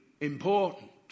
important